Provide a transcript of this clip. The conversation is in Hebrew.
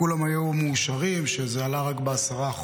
כולם היו מאושרים שזה עלה רק ב-10%,